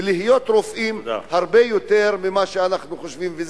ויהיו הרבה יותר רופאים ממה שאנחנו חושבים.